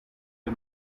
the